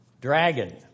dragon